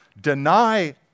deny